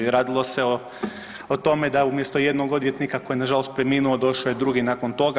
Radilo se o tome da umjesto jednog odvjetnika koji je na žalost preminuo došao je drugi nakon toga.